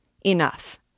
Enough